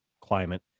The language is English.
climate